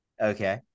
Okay